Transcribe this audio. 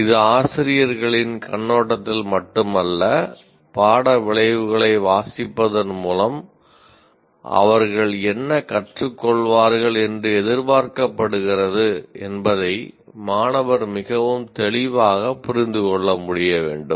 இது ஆசிரியர்களின் கண்ணோட்டத்தில் மட்டுமல்ல பாட விளைவுகளை வாசிப்பதன் மூலம் அவர்கள் என்ன கற்றுக்கொள்வார்கள் என்று எதிர்பார்க்கப்படுகிறது என்பதை மாணவர் மிகவும் தெளிவாக புரிந்து கொள்ள முடிய வேண்டும்